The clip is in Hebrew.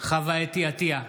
חוה אתי עטייה,